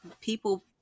people